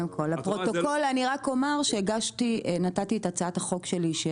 לפרוטוקול אני אומר שהגשתי את הצעת החוק שלי,